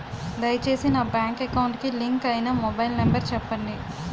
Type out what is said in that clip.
దయచేసి నా bank account కి లింక్ అయినా మొబైల్ నంబర్ చెప్పండి